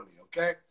okay